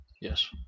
Yes